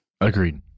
agreed